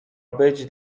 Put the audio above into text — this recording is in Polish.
być